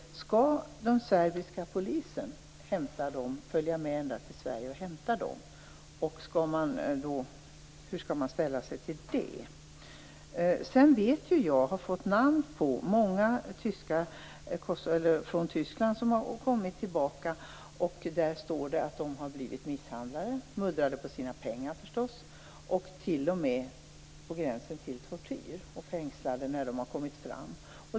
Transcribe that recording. Skall den serbiska polisen hämta dem, dvs. följa med ända till Sverige och hämta dem? Hur skall man ställa sig till det? Jag har fått namn på många som utvisats från Tyskland och kommit tillbaka. De har blivit misshandlade, och förstås muddrade på sina pengar. Det har t.o.m. varit på gränsen till tortyr och fängslande när de har kommit fram.